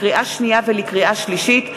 לקריאה שנייה ולקריאה שלישית,